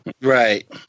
Right